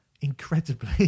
incredibly